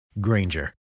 Granger